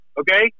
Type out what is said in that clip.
okay